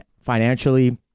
Financially